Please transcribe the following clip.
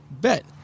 bet